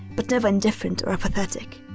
but never indifferent or apathetic.